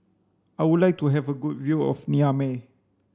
I would like to have a good view of Niamey